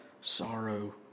sorrow